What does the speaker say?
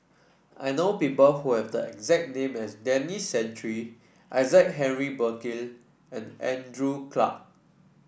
I know people who have the exact name as Denis Santry Isaac Henry Burkill and Andrew Clarke